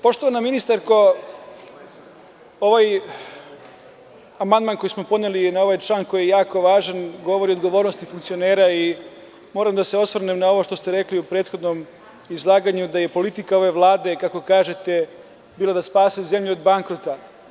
Poštovana ministarko, ovaj amandman koji smo podneli na ovaj član, koji je jako važan, govori o odgovornosti funkcionera i moram da se osvrnem na ono što ste rekli u prethodnom izlaganju, da je politika ove Vlade, kako kažete, bila da spase zemlju od bankrota.